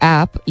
app